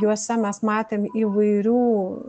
juose mes matėm įvairių